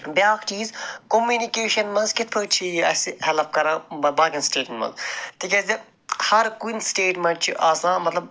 بیٛاکھ چیٖز کوٚمنِکیشَن منٛز کِتھ پٲٹھۍ چھِ یہِ اسہِ ہیٚلٕپ کران باقٕیَن سِٹیٹَن منٛز تِکیٛازِ ہر کُنہِ سِٹیٹ منٛز چھِ آسان مطلب